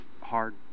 hard